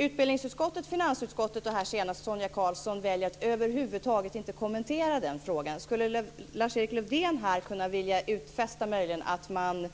Utbildningsutskottet, finansutskottet och här senast Sonia Karlsson väljer att över huvud taget inte kommentera frågan. Skulle Lars-Erik Lövdén här möjligen kunna utfästa att man